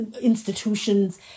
institutions